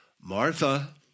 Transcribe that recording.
Martha